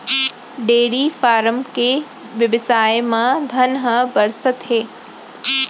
dairy farm के बेवसाय म धन ह बरसत हे